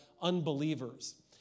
unbelievers